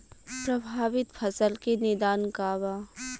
प्रभावित फसल के निदान का बा?